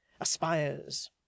aspires